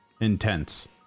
Intense